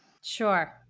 Sure